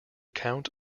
count